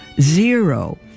zero